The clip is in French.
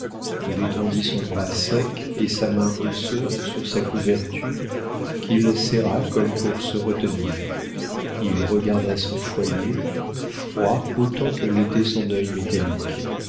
il étendit son bras sec et sa main osseuse sur sa couverture qu'il serra comme pour se retenir il regarda son foyer froid autant que l'était son œil métallique